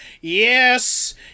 Yes